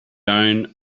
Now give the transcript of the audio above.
down